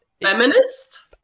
feminist